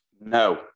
No